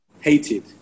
Hated